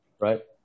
Right